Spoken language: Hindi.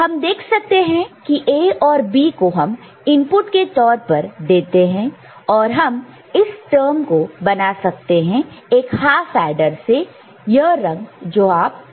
हम देख सकते हैं की A और B को हम इनपुट के तौर पर देते हैं और हम इस टर्म को बना सकते हैं एक हाफ एडर से यह रंग जो आप देख सकते हैं